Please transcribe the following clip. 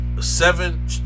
seven